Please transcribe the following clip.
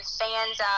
fans